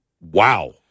Wow